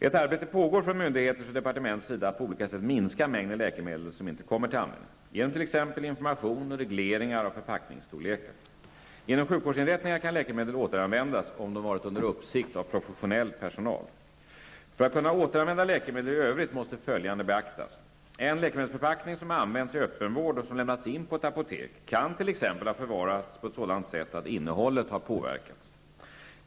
Ett arbete pågår från myndigheters och departements sida att på olika sätt minska mängden läkemedel som inte kommer till användning genom t.ex. information och regleringar av förpackningsstorlekar. Inom sjukvårdsinrättningar kan läkemedel återanvändas, om de varit under uppsikt av professionell personal. För att kunna återanvända läkemedel i övrigt måste följande beaktas. En läkemedelsförpackning, som använts i öppenvård och som lämnats in på ett apotek, kan t.ex. ha förvarats på ett sådant sätt att innehållet har påverkats.